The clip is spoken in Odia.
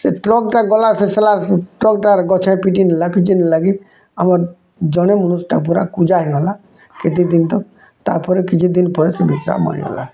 ସେ ଟ୍ରକଟା ଗଲା ସେ ଶଲା ଟ୍ରକଟା ଗଛରେ ପିଟି ନେଲାଁ ପିଟି ନେଲାଁ କି ଆମର୍ ଜଣେ ମନୁଷ୍ୟଟା ପୁରା କୁଜା ହେଇଗଲା କେତେ ଦିନ୍ ତକ ତା'ପରେ କିଛି ଦିନ୍ ପରେ ସେ ମରି ଗଲା